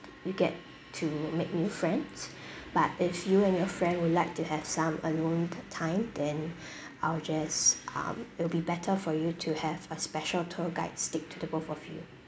you get to make new friends but if you and your friend would like to have some alone time then I'll just um it'll be better for you to have a special tour guide stick to the both of you